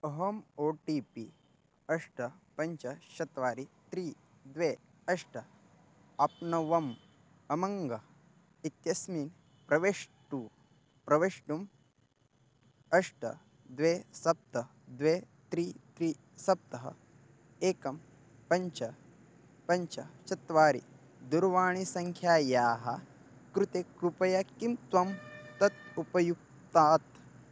अहम् O T P अष्ट पञ्च चत्वारि त्रीणि द्वे अष्ट आप्नवम् अमङ्ग इत्यस्मिन् प्रवेष्टुं प्रवेष्टुम् अष्ट द्वे सप्त द्वे त्रीणि त्रीणि सप्त एकं पञ्च पञ्च चत्वारि दूरवाणीसङ्ख्यायाः कृते कृपया किं त्वं तत् उपयुङ्क्तात्